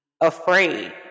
afraid